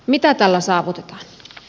mitä tällä saavutetaan